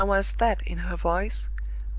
there was that in her voice,